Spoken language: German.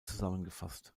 zusammengefasst